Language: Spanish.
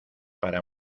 para